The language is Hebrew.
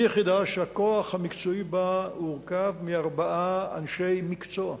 היא יחידה שהכוח המקצועי בה הורכב מארבעה אנשי מקצוע,